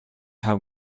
how